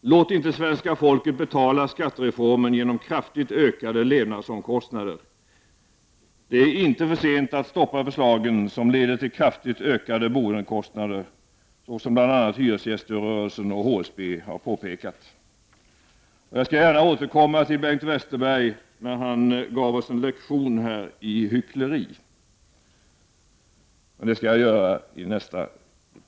Låt inte svenska folket betala skattereformen genom kraftigt ökande levnadsomkostnader! Det är inte för sent att stoppa förslagen som leder till kraftigt ökade boendekostnader, som bl.a. hyresgäströrelsen och HSB har påpekat. Jag skall gärna återkomma till vad Bengt Westerberg sade, när han här gav oss en lektion i hyckleri. Men jag skall vänta med det till mitt nästa